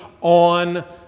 on